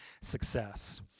success